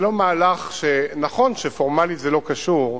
נכון שפורמלית זה לא קשור,